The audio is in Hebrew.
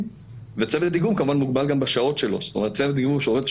דבר שלא היה בעבר כחלק מתופעות הלוואי של